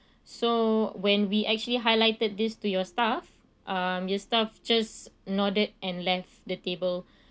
so when we actually highlighted this to your staff um your staff just nodded and left the table